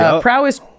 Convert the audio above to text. prowess